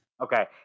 Okay